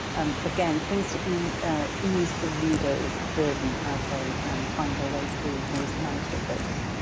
um again, things to ease ease the readers' burden as they find their way through these manuscript books.